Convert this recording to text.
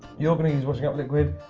you're going to use washing up liquid,